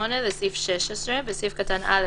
"לסעיף 9 6. בסעיף (א)(1),